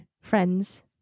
friends